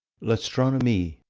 l'astronomie,